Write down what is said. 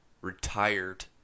retired